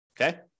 Okay